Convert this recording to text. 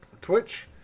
twitch